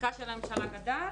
וחלקה של הממשלה גדל